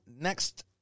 Next